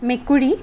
মেকুৰী